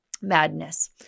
madness